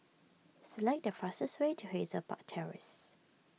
select the fastest way to Hazel Park Terrace